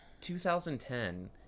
2010